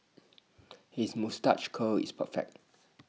his moustache curl is perfect